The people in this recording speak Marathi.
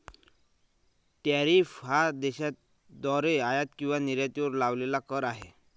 टॅरिफ हा देशाद्वारे आयात किंवा निर्यातीवर लावलेला कर आहे